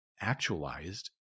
actualized